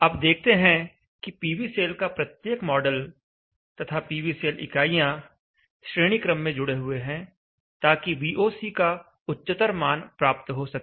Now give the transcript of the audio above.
आप देखते हैं कि पीवी सेल का प्रत्येक मॉडल तथा पीवी सेल इकाइयां श्रेणी क्रम में जुड़े हुए हैं ताकि VOC का उच्चतर मान प्राप्त हो सके